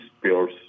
pure